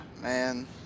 man